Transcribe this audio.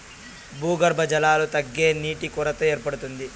భూగర్భ జలాలు తగ్గితే నీటి కొరత ఏర్పడుతుంది